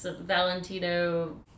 Valentino